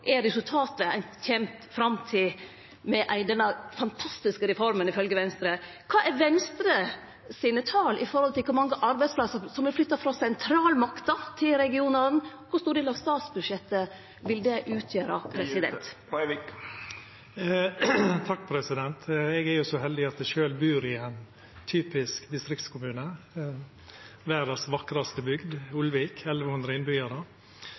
er resultatet ein kjem fram til med denne fantastiske reforma ifylgje Venstre. Kva er Venstres tal for kor mange arbeidsplassar som er flytta frå sentralmakta til regionane? Kor stor del av statsbudsjettet vil det utgjere? Eg er så heldig at eg sjølv bur i ein typisk distriktskommune – verdas vakraste bygd, Ulvik, med 1 100 innbyggjarar